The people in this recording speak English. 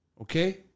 okay